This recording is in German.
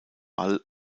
wall